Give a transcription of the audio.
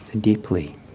deeply